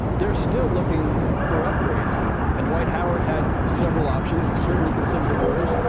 they're still looking for upgrades and dwight howard had several options certainly considered the warriors,